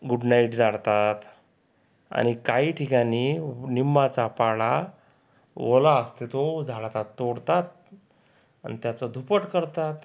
good night जाळतात आणि काही ठिकाणी निंबाचा पाला ओला असते तो झाडाचा तोडतात आणि त्याचं धुपट करतात